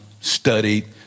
studied